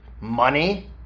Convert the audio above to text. money